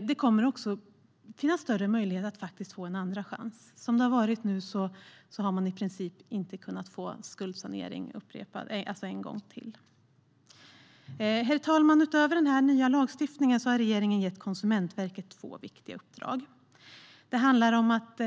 Det kommer också att finnas större möjligheter att faktiskt få en andra chans. Som det har varit nu har man i princip inte kunnat få skuldsanering en gång till. Herr talman! Utöver denna lagstiftning har regeringen gett Konsumentverket två viktiga uppdrag. Det ena uppdraget handlar om att